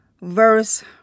verse